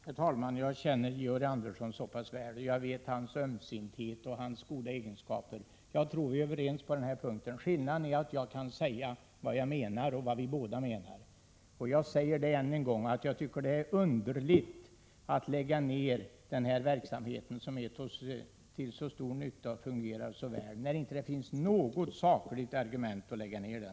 Herr talman! Jag känner Georg Andersson så pass väl och känner till hans ömsinthet och hans goda egenskaper. Jag tror att vi är överens i denna fråga. Skillnaden är att jag kan säga vad jag menar, och vad vi båda menar. Jag säger det en gång till att jag tycker det är underligt att lägga ned denna verksamhet som är till så stor nytta och fungerar så väl, när det inte finns något sakligt argument för att lägga ned den.